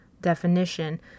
definition